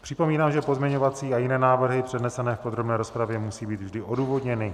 Připomínám, že pozměňovací a jiné návrhy přednesené v podrobné rozpravě, musí být vždy odůvodněny.